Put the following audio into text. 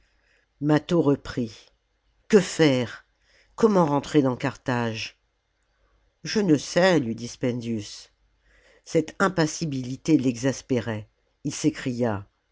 mâtho reprit que faire comment rentrer dans carthage je ne sais lui dit spendius cette impassibilité l'exaspérait il s'écria